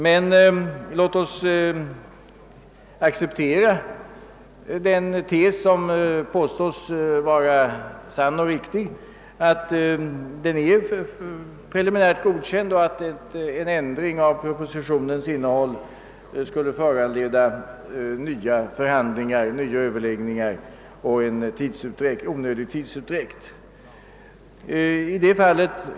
Men låt oss acceptera den tes som påstås vara sann och riktig, alltså att propositionen är preliminärt godkänd och att en ändring av propositionens nnehåll skulle föranleda nya förhandlingar, nya överläggningar och en onödig tidsutdräkt.